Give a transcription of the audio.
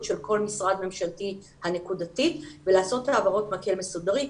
של כל משרד ממשלתי הנקודתי ולעשות העברות-מקל מסודרות.